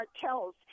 cartels